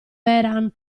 vehrehan